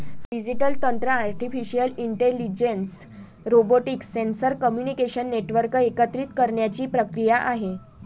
digital तंत्र artificial intelligence, robotics, sensor, communication network एकत्रित करण्याची प्रक्रिया आहे